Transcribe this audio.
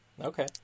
Okay